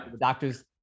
doctors